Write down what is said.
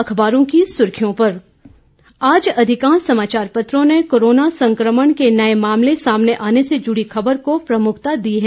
अखबारों की सुर्खियों पर आज अधिकांश समाचार पत्रों ने कोरोना संक्रमण के नए मामले सामने आने से जुड़ी खबर को प्रमुखता दी है